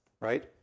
right